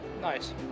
nice